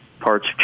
parts